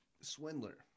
Swindler